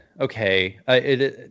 okay